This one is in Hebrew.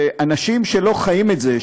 שאנשים שלא חיים את זה,